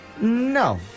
no